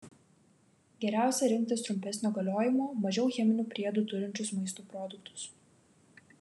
geriausia rinktis trumpesnio galiojimo mažiau cheminių priedų turinčius maisto produktus